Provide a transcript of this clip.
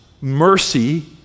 mercy